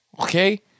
Okay